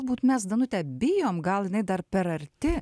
būt mes danute bijom gal jinai dar per arti